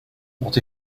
what